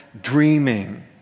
dreaming